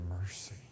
mercy